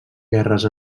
guerres